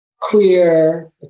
queer